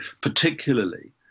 particularly